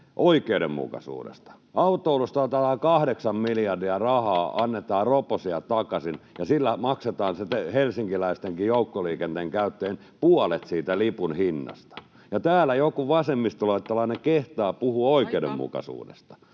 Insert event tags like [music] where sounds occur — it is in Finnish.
oikeudenmukaisuudesta. Autoilusta otetaan kahdeksan miljardia rahaa ja annetaan roposia takaisin, [noise] ja sillä maksetaan puolet siitä helsinkiläistenkin joukkoliikenteen käyttäjien lipun hinnasta. Ja täällä joku vasemmistoliittolainen kehtaa puhua oikeudenmukaisuudesta